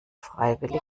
freiwillig